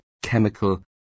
chemical